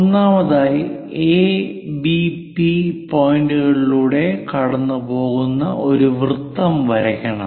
ഒന്നാമതായി A P B A P B പോയിന്റുകളിലൂടെ കടന്നുപോകുന്ന ഒരു വൃത്തം വരയ്ക്കണം